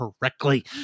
correctly